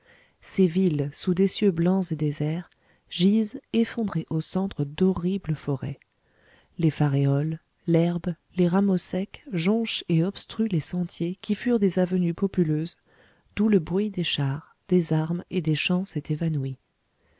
ces villes sous des cieux blancs et déserts gisent effondrées au centre d'horribles forêts les faréoles l'herbe les rameaux secs jonchent et obstruent les sentiers qui furent des avenues populeuses d'où le bruit des chars des armes et des chants s'est évanoui